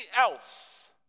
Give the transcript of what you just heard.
else